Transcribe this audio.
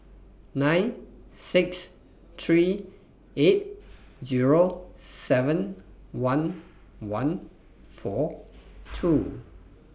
nine six three eight Zero seven one one four two